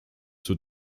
zur